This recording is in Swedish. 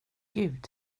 den